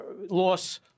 loss